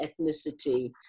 ethnicity